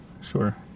Sure